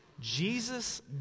Jesus